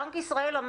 בנק ישראל,